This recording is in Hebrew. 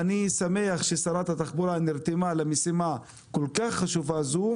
אני שמח ששרת התחבורה נרתמה למשימה הכל-כך חשובה הזו,